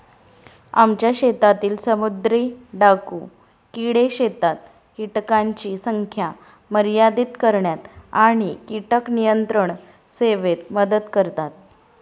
आमच्या शेतातील समुद्री डाकू किडे शेतात कीटकांची संख्या मर्यादित करण्यात आणि कीटक नियंत्रण सेवेत मदत करतात